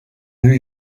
new